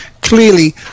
clearly